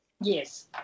Yes